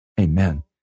amen